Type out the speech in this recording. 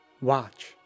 Watch